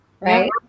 Right